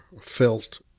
felt